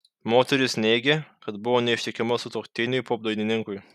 moteris neigė kad buvo neištikima sutuoktiniui popdainininkui